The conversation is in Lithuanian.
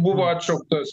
buvo atšauktos